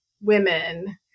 women